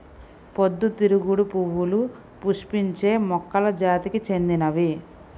పొద్దుతిరుగుడు పువ్వులు పుష్పించే మొక్కల జాతికి చెందినవి